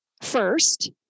first